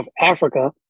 Africa